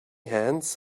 hands